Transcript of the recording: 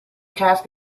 task